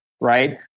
Right